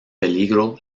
peligro